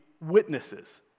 witnesses